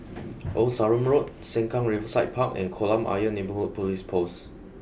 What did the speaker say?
Old Sarum Road Sengkang Riverside Park and Kolam Ayer Neighbourhood Police Post